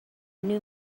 new